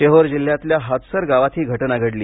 शेहोर जिल्ह्यातल्या हाथसर गावात ही घटना घडली